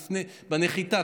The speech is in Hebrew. בנחיתה,